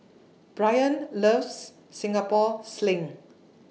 Brian loves Singapore Sling